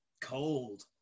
cold